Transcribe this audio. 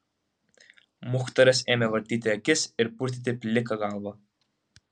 muchtaras ėmė vartyti akis ir purtyti pliką galvą